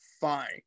fine